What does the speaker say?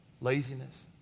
laziness